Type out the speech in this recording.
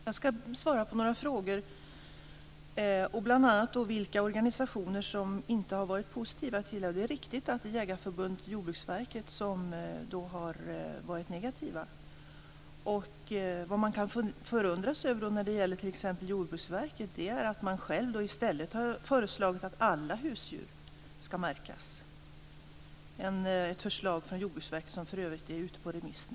Fru talman! Jag ska svara på några frågor, bl.a. den om vilka organisationer som inte har varit positiva. Ja, det är riktigt att Jägareförbundet och Jordbruksverket har varit negativa. Vad man kan förundras över när det gäller t.ex. Jordbruksverket är att verket självt i stället har föreslagit att alla husdjur ska märkas. Det förslaget är för övrigt nu ute på remiss.